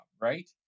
right